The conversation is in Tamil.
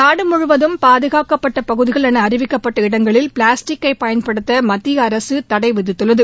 நாடு முழுவதும் பாதுகாக்கப்பட்ட பகுதிகள் என அறிவிக்கப்பட்ட இடங்களில் பிளாஸ்டிக்கை பயன்படுத்த மத்திய அரசு தடை விதித்துள்ளது